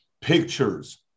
pictures